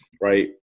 right